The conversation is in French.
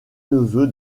neveu